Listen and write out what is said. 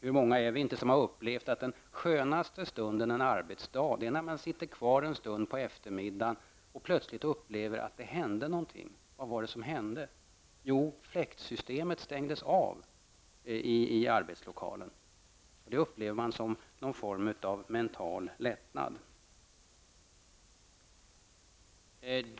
Hur många är vi inte som har upplevt att den skönaste stunden en arbetsdag är när man sitter kvar en stund på eftermiddagen och plötsligt upplever att det hände någonting. Vad var det som hände? Jo, fläktsystemet stängdes av i arbetslokalen. Det upplever man som en form av mental lättnad.